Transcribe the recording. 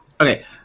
Okay